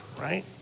right